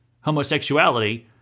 homosexuality